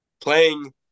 playing